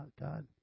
God